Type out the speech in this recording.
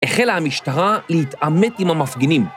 ‫החלה המשטרה להתעמת עם המפגינים.